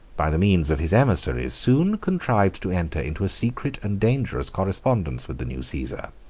by the means of his emissaries, soon contrived to enter into a secret and dangerous correspondence with the new caesar,